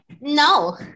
No